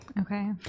Okay